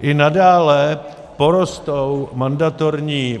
I nadále porostou mandatorní